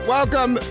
Welcome